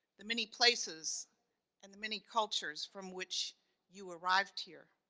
the many places and the many cultures from which you arrived here